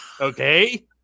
Okay